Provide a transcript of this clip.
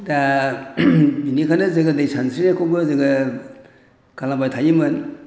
दा बेनिखायनो जोङो दै सानस्रिनायखौबो जोङो खालामबाय थायोमोन